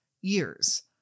years